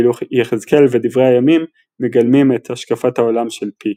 ואילו יחזקאל ודברי הימים מגלמים את השקפת העולם של P.